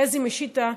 חזי משיטה,